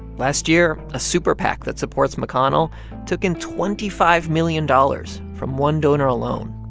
last year, a super pac that supports mcconnell took in twenty five million dollars from one donor alone.